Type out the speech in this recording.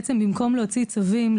בעצם במקום להוציא צווים,